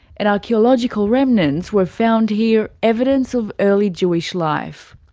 and archaeological remnants were found here, evidence of early jewish life.